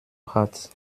hart